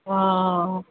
हँ हंँ